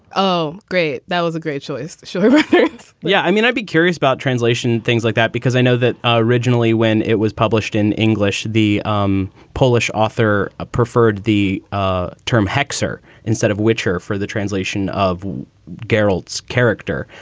oh, great. that was a great choice yeah i mean i'd be curious about translation, things like that, because i know that originally when it was published in english, the um polish author ah preferred the ah term hexa instead of whicher for the translation of guaraldi's character.